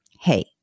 Hey